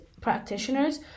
practitioners